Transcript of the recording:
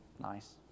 nice